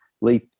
Lee